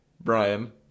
Brian